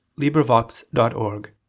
LibriVox.org